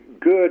good